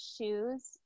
shoes